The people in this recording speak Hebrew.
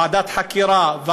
ועדת חקירה,